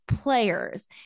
players